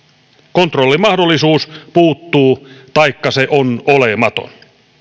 kontrollin mahdollisuus puuttuu taikka se on olematon